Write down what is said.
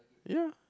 ya